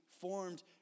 formed